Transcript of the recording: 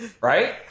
Right